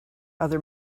other